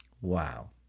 Wow